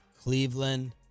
Cleveland